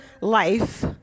life